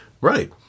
right